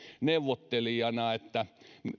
neuvotelijana että